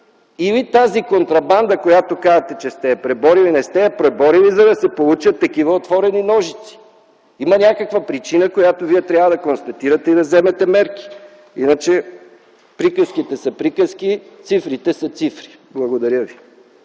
Или тази контрабанда, която казвате, че сте я преборили, не сте я преборили, за да се получи такова отваряне на ножицата. Има някаква причина, която Вие трябва да констатирате и да вземете мерки. Иначе приказките са приказки, цифрите са цифри. Благодаря ви.